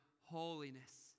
holiness